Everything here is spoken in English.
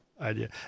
idea